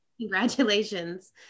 Congratulations